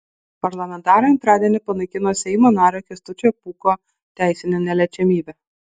parlamentarai antradienį panaikino seimo nario kęstučio pūko teisinę neliečiamybę